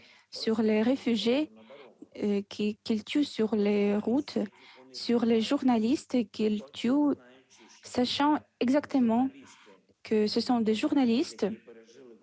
que les soldats russes tuent sur les routes, des journalistes qu'ils tuent sachant exactement qu'ils sont des journalistes,